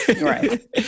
Right